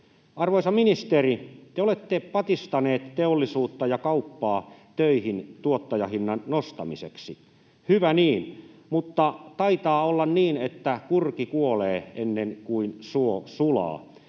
Arvoisa ministeri, te olette patistanut teollisuutta ja kauppaa töihin tuottajahinnan nostamiseksi. Hyvä niin, mutta taitaa olla niin, että kurki kuolee ennen kuin suo sulaa.